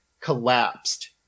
collapsed